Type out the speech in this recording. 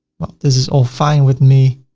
this is all fine with me.